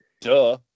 Duh